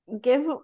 Give